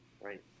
right